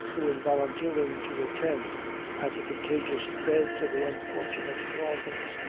who, in volunteering to attend at the contagious beds of the unfortunate daltons,